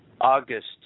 August